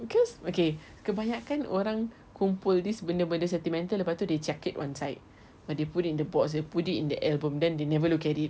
because okay kebanyakkan orang kumpul this benda-benda sentimental lepastu they chuck it one side or they put it in the box they put it in the album then they never look at it